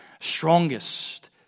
strongest